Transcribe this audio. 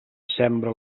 sembra